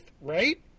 right